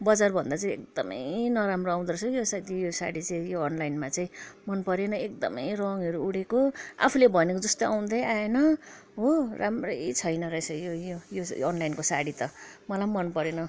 बजार भन्दा चाहिँ एकदमै नराम्रो आउँदो रहेछ यो स यो साडी चाहिँ यो अनलाइनमा चाहिँ मन परेन एकदमै रङहरू उडेको आफूले भनेको जस्तो आउँदै आएन हो राम्रै छेन रहेछ यो यो यो अनलाइनको साडी त मलाई पनि मन परेन